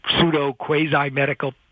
pseudo-quasi-medical